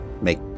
make